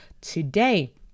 today